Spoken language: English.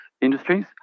industries